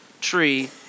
tree